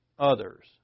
Others